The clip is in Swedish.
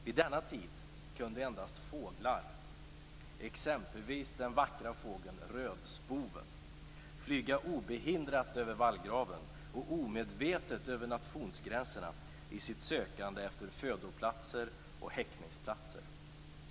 Vid denna tid kunde endast fåglar, exempelvis den vackra rödspoven, flyga obehindrat över vallgraven och omedvetet över nationsgränserna i sitt sökande efter födoplatser och häckningsplatser.